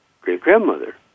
great-grandmother